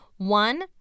one